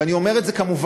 ואני אומר את זה כמובן,